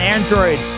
Android